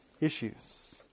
issues